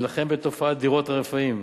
ולהילחם בתופעת דירות הרפאים.